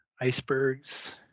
Icebergs